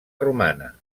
romana